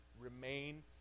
remain